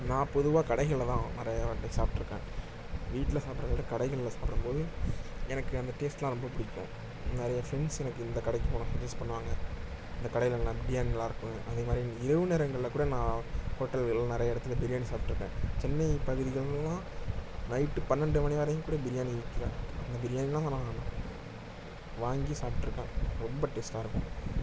நான் பொதுவாக கடைகளில் தான் நிறையாவாட்டி சாப்பிட்ருக்கேன் வீட்டில் சாப்பிட்றதவிட கடைகளில் சாப்பிடும்போது எனக்கு அந்த டேஸ்ட்லாம் ரொம்ப பிடிக்கும் நிறைய ஃபிரண்ட்ஸ் எனக்கு இந்த கடைக்கு போகலாம்னு ஸஜஸ்ட் பண்ணுவாங்க இந்தக் கடையில் நல்லா பிரியாணி நல்லா இருக்கும் அதேமாதிரி இரவு நேரங்களில் கூட நான் ஹோட்டல்களில் நிறைய இடத்துல பிரியாணி சாப்பிட்ருக்கேன் சென்னைப் பகுதிகள்லாம் நைட்டு பன்னெண்டு மணிவரையும் கூட பிரியாணி விற்கிறாங்க அந்த பிரியாணிலாம் நான் வாங்கி சாப்பிட்ருக்கேன் ரொம்ப டேஸ்டாக இருக்கும்